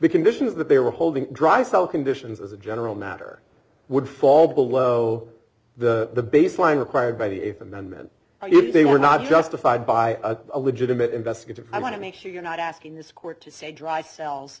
conditions that they were holding dry cell conditions as a general matter would fall below the baseline required by the eighth amendment if they were not justified by a legitimate investigator i want to make sure you're not asking this court to say dry cells